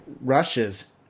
rushes